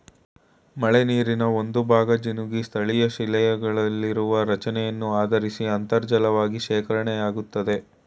ಮಳೆನೀರಿನ ಒಂದುಭಾಗ ಜಿನುಗಿ ಸ್ಥಳೀಯಶಿಲೆಗಳಲ್ಲಿರುವ ರಚನೆಯನ್ನು ಆಧರಿಸಿ ಅಂತರ್ಜಲವಾಗಿ ಶೇಖರಣೆಯಾಗ್ತದೆ